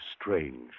strange